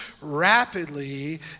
rapidly